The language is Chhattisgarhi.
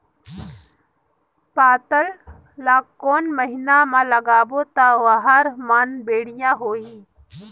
पातल ला कोन महीना मा लगाबो ता ओहार मान बेडिया होही?